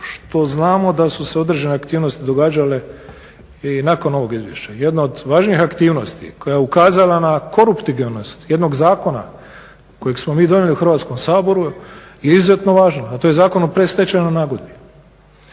što znamo da su se određene aktivnosti događale i nakon ovog izvješća. Jedna od važnijih aktivnosti koja je ukazala na koruptogenost jednog zakona kojeg smo mi donijeli u Hrvatskom saboru je izuzetno važna a to je Zakon o predstečajnoj nagodbi.